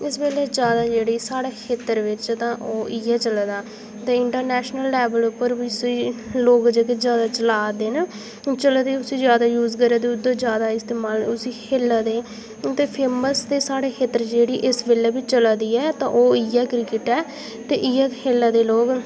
इस बेल्लै ज्यादा जेह्ड़ी साढ़े खेत्तर च ते ओह् इयै चला दा ऐ इंटरनैशनल लैबल पर बी लोक इसी गै ज्यादा चला दे न लोक उसी ज्यादी यूज करा दे उसी ज्यादा खेढा दे